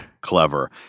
clever